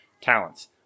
Talents